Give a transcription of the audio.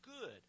good